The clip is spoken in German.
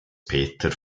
peter